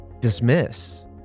dismiss